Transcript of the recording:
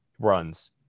Runs